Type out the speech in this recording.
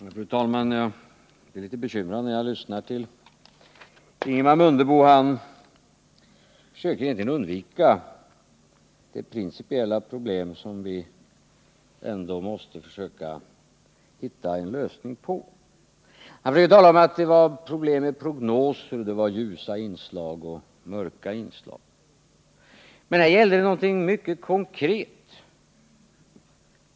Fru talman! Jag blir litet bekymrad när jag lyssnar till Ingemar Mundebo. Han försöker egentligen undvika de principiella problem som vi ändå måste försöka hitta en lösning på. Han talade om att det var problem med prognoser, att det var ljusa inslag och mörka inslag. Men här gäller det någonting mycket konkret.